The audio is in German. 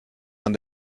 man